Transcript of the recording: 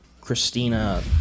Christina